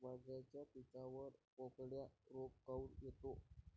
वांग्याच्या पिकावर बोकड्या रोग काऊन येतो?